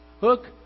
Hook